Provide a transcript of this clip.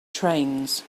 trains